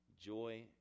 joy